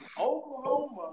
Oklahoma